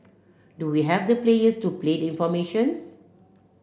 do we have the players to play the formations